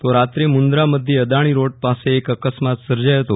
તો રાત્રે મદરા મધ્યે અદાણી રોડ પાસે એક અકસ્માત સર્જાયો હતો